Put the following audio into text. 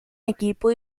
equipo